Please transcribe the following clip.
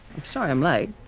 i'm sorry i'm late.